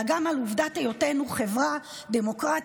אלא גם על עובדת היותנו חברה דמוקרטית,